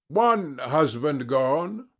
one husband gone.